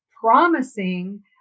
promising